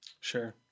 Sure